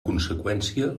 conseqüència